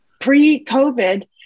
Pre-COVID